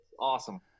Awesome